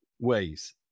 ways